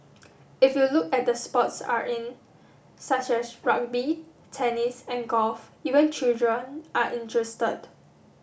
if you look at the sports are in such as rugby tennis and golf even children are interested